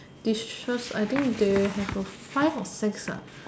dishes I think they have a five or six ah